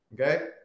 Okay